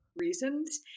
reasons